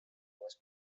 was